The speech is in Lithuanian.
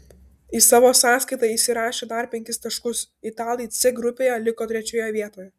į savo sąskaitą įsirašę dar penkis taškus italai c grupėje liko trečioje vietoje